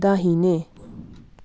दाहिने